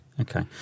okay